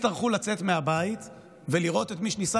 שיצטרכו לצאת מהבית ולראות את מי שניסה